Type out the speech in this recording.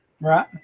Right